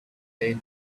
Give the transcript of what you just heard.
day